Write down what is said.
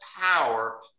power